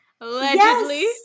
Allegedly